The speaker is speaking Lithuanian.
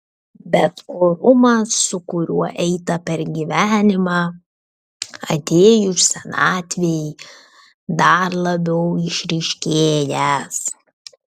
bet orumas su kuriuo eita per gyvenimą atėjus senatvei dar labiau išryškėjęs